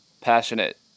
passionate